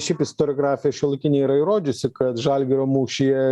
šiaip istoriografija šiuolaikinė yra įrodžiusi kad žalgirio mūšyje